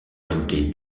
ajouté